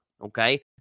okay